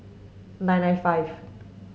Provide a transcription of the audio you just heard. nine nine five